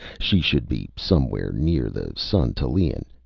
she should be somewhere near the sun tallien.